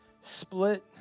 split